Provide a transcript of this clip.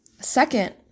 second